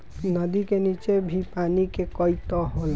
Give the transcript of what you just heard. नदी का नीचे भी पानी के कई तह होला